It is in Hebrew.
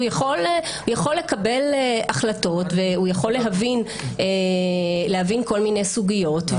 הוא יכול לקבל החלטות והוא יכול להבין כל מיני סוגיות.